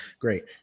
great